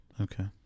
Okay